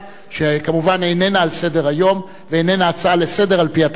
שכמובן אינה על סדר-היום ואינה הצעה לסדר על-פי התקנון.